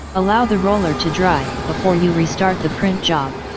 allow the roller to dry, before you restart the print job